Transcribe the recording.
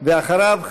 ואחריו,